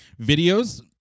videos